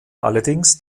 allerdings